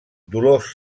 dolors